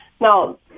Now